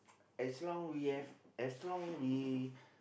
as long we have as long we